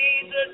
Jesus